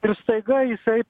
ir staiga jisai